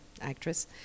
actress